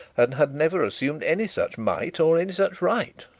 and had never assumed any such might or any such right.